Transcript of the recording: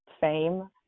fame